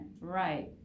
right